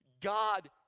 God